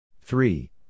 three